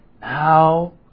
Now